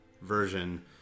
version